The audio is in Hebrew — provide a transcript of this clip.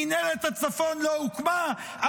מינהלת הצפון לא הוקמה,